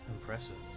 impressive